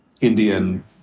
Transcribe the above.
indian